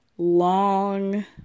long